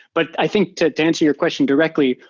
but i think to answer your question directly,